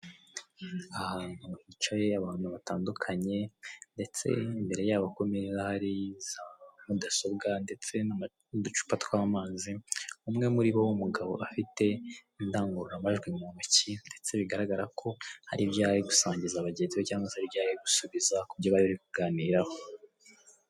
Ahantu hicaye abantu batandukanye, ndetse imbere yabo ku meza hari za mudasobwa ndetse n'uducupa tw'amazi, umwe muri bo w'umugabo afite indangururamajwi mu ntoki, ndetse bigaragara ko hari ibyo yarari gusangiza bagenzi be cyangwa se ku byo yarari gusubiza ku bari bari kuganiraho.